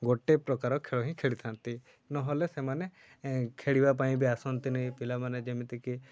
ଗୋଟେ ପ୍ରକାର ଖେଳ ହିଁ ଖେଳିଥାନ୍ତି ନହେଲେ ସେମାନେ ଖେଳିବା ପାଇଁ ବି ଆସନ୍ତିନି ପିଲାମାନେ ଯେମିତିକି